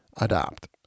adopt